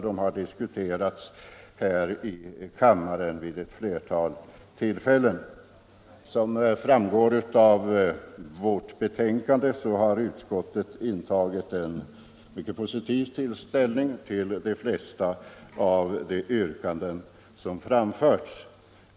De har diskuterats här i kammaren vid ett flertal tillfällen. Som framgår av betänkandet har utskottet intagit en mycket positiv hållning till de flesta av de yrkanden som framförts.